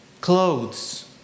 Clothes